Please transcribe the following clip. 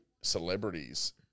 celebrities